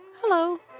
Hello